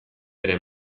bere